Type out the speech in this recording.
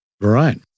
Right